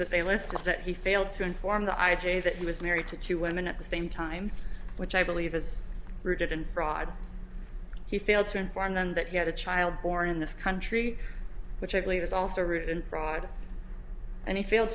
that they list is that he failed to inform the i j a that he was married to two women at the same time which i believe is rooted in fraud he failed to inform them that he had a child born in this country which i believe is also root and fraud and he failed